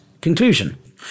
conclusion